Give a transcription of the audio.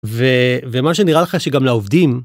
ומה שנראה לך שגם לעובדים...